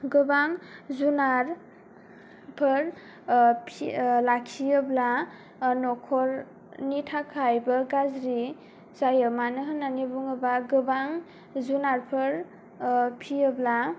गोबां जुनारफोर लाखियोब्ला न'खरनि थाखायबो गाज्रि जायो मानो होननानै बुङोब्ला गोबां जुनारफोर फियोब्ला